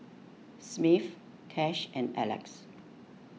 Smith Kash and Alexys